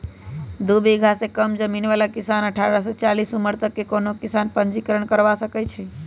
दू बिगहा से कम जमीन बला किसान अठारह से चालीस उमर तक के कोनो किसान पंजीकरण करबा सकै छइ